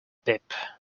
pip